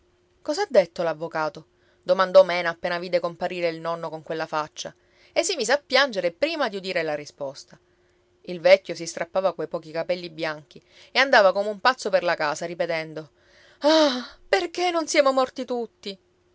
ha detto l'avvocato domandò mena appena vide comparire il nonno con quella faccia e si mise a piangere prima di udire la risposta il vecchio si strappava quei pochi capelli bianchi e andava come un pazzo per la casa ripetendo ah perché non siamo morti tutti